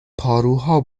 پاروها